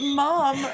mom